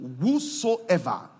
Whosoever